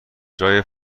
جای